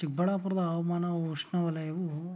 ಚಿಕ್ಕಬಳ್ಳಾಪುರದ ಹವಾಮಾನವು ಉಷ್ಣವಲಯವು